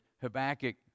Habakkuk